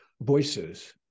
voices